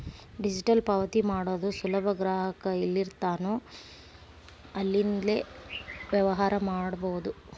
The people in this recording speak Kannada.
ಡಿಜಿಟಲ್ ಪಾವತಿ ಮಾಡೋದು ಸುಲಭ ಗ್ರಾಹಕ ಎಲ್ಲಿರ್ತಾನೋ ಅಲ್ಲಿಂದ್ಲೇ ವ್ಯವಹಾರ ಮಾಡಬೋದು